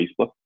Facebook